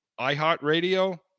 iHeartRadio